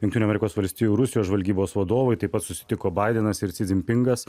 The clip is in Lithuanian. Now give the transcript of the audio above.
jungtinių amerikos valstijų rusijos žvalgybos vadovai taip pat susitiko baidenas ir si zinpingas